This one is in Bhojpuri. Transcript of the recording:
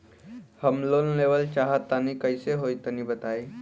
हम लोन लेवल चाहऽ तनि कइसे होई तनि बताई?